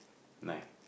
nine